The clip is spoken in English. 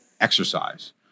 exercise